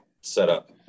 setup